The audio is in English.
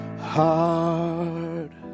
hard